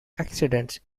accidents